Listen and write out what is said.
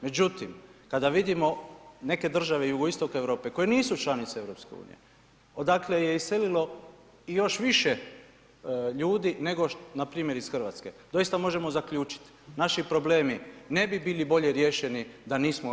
Međutim, kada vidimo neke države jugoistoka Europe koje nisu članice EU, odakle je iselilo još više ljudi nego npr. iz Hrvatske, doista možemo zaključiti, naši problemi ne bi bili bolje riješeni da nismo u EU.